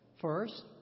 First